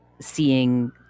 seeing